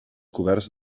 coberts